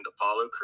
apollo